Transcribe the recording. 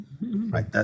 right